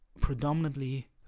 predominantly